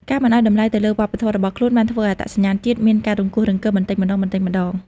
ការមិនឲ្យតម្លៃទៅលើវប្បធម៌របស់ខ្លួនបានធ្វើឱ្យអត្តសញ្ញាណជាតិមានការរង្គោះរង្គើបន្តិចម្ដងៗ។